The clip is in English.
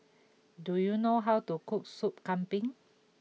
do you know how to cook Soup Kambing